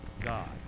God